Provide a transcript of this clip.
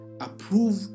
approve